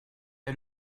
est